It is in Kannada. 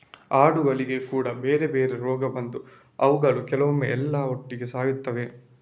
ಆಡುಗಳಿಗೆ ಕೂಡಾ ಬೇರೆ ಬೇರೆ ರೋಗ ಬಂದು ಅವುಗಳು ಕೆಲವೊಮ್ಮೆ ಎಲ್ಲಾ ಒಟ್ಟಿಗೆ ಸಾಯ್ತವೆ